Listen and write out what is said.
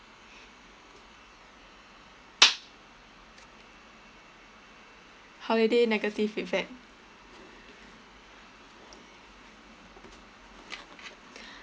holiday negative feedback